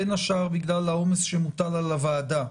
בין השאר בגלל העומס שמוטל על הוועדה.